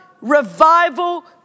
revival